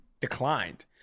declined